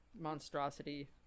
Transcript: monstrosity